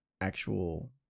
actual